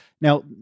Now